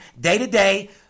day-to-day